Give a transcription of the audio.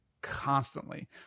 constantly